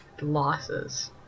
losses